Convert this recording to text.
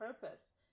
purpose